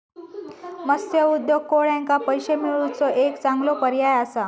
मत्स्य उद्योग कोळ्यांका पैशे मिळवुचो एक चांगलो पर्याय असा